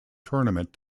tournament